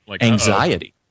anxiety